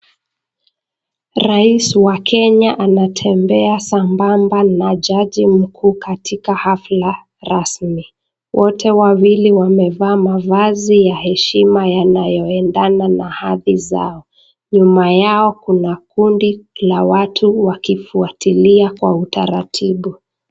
Rais wa kenya anatembea sambasamba na jaji mkuu kwatika hafla rasmi, wote wawili wamevaa mavazi ya heshima yanayoendana na hadhi zao, nyuma yao kuna kundi la watu wakifuatilia kwa utaratibu.